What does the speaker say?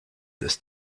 this